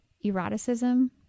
eroticism